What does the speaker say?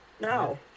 no